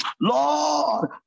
Lord